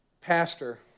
pastor